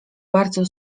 bardzo